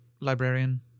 librarian